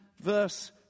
verse